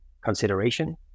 consideration